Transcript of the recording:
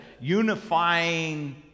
unifying